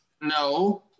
No